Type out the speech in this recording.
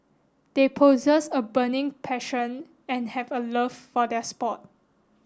they possess a burning passion and have a love for their sport